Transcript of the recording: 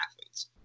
athletes